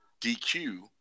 DQ